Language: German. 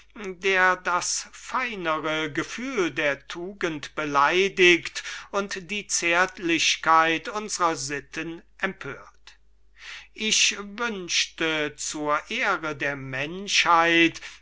der das feinere gefühl der tugend beleidigt und die zärtlichkeit unserer sitten empört jeder